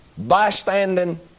bystanding